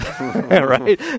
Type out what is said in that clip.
right